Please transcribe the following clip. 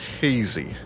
Hazy